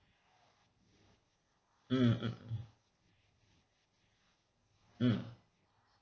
mm mm mm